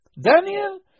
Daniel